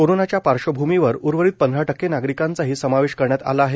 कोरोनाच्या पार्श्वभूमीवर उर्वरित पंधरा टक्के नागरिकांचाही समावेश करण्यात आला आहे